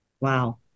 Wow